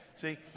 See